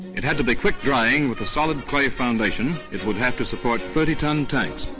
it had to be quick drying with a solid clay foundation. it would have to support thirty ton tanks.